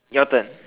your turn